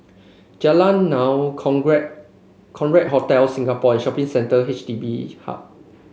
Jalan Naung Hotel Singapore and Shopping Centre H D B Hub